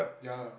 ya lah